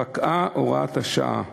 פקעה הוראת השעה.